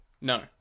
no